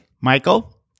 Michael